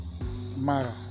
Mara